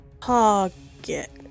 target